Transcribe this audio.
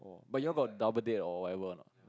but you all got double date or whatever or not